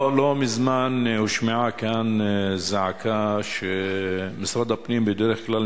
לא מזמן הושמעה כאן זעקה שמשרד הפנים בדרך כלל